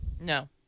No